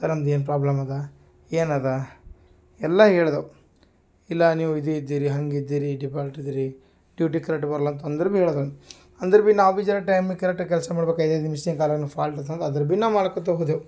sir ನಮ್ದೇನು problem ಅದ ಏನು ಅದ ಎಲ್ಲ ಹೇಳ್ದೆವು ಇಲ್ಲ ನೀವು ಇದು ಇದ್ದೀರಿ ಹಂಗೆ ಇದ್ದೀರಿ ಡಿಪಾಲ್ಟ್ ಇದೀರಿ ಡ್ಯೂಟಿ ಕರೆಕ್ಟ್ ಬರೋಲ್ಲ ಅಂತ ಅಂದರೆ ಬಿ ಹೇಳಿದ್ರ್ ಅಂದರೆ ಬಿ ನಾವು ಬಿ ಜರೆಕ್ ಟೈಮಿಗೆ ಕರೆಕ್ಟಾಗಿ ಕೆಲಸ ಮಾಡ್ಬೇಕು ಐದು ಐದು ನಿಮಿಷ ಕಾಲನು ಫಾಲ್ಟಿದೆ ಅದ್ರ ಬಿ ನಾ ಮಾಡ್ಕೋತ ಹೋದೆವು